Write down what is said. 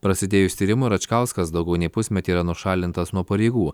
prasidėjus tyrimui račkauskas daugiau nei pusmetį yra nušalintas nuo pareigų